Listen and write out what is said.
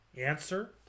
Answer